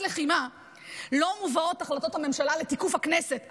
שידע עם ישראל שבשעת לחימה לא מובאות החלטות הממשלה לתיקוף הכנסת.